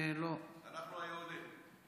אנחנו היהודים.